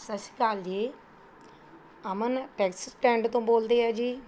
ਸਤਿ ਸ਼੍ਰੀ ਅਕਾਲ ਜੀ ਅਮਨ ਟੈਕਸੀ ਸਟੈਂਡ ਤੋਂ ਬੋਲਦੇ ਆ ਜੀ